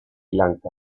lanka